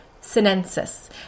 sinensis